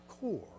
core